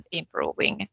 improving